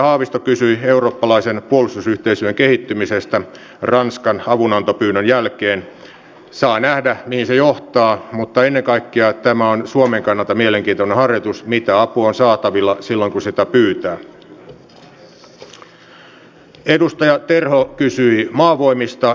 valtiovarainvaliokunta toteaa että määrärahalisäyksestä huolimatta suojelupoliisin resurssit ovat jo ilman muuttunutta toimintaympäristöäkin melko niukat ja korostaa että suojelupoliisin terrorismin torjunnan ja ääriliikeseurannan valmiuksia tulee nopeasti kehittää vastaamaan paremmin suomeen kohdistuvia uhkia